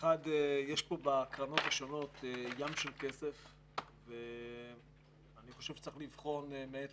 יש בקרנות השונות ים של כסף ואני חושב שצריך לבחון מעת